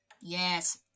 Yes